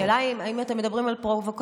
השאלה היא אם כשאתם מדברים על פרובוקטיבי,